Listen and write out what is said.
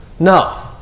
no